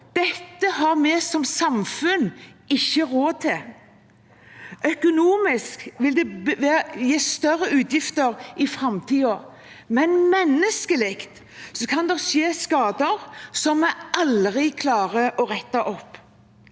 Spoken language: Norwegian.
Dette har vi som samfunn ikke råd til. Økonomisk vil det gi større utgifter i framtiden, men menneskelig sett kan det skje skader som vi aldri klarer å rette opp.